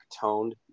toned